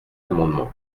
amendement